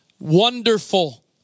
Wonderful